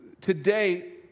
today